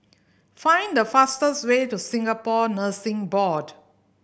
find the fastest way to Singapore Nursing Board